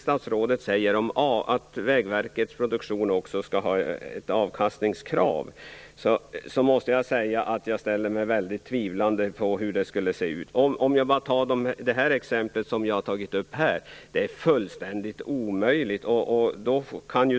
Statsrådet säger att Vägverkets produktion också skall ha ett avkastningskrav. Jag ställer mig väldigt tvivlande till hur det skulle se ut. Man behöver bara ta det exempel som vi har tagit upp här. Det är fullständigt omöjligt.